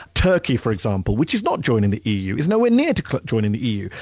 turkey, for example, which is not joining the eu. is nowhere near to joining the eu.